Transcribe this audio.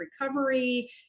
recovery